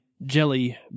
jelly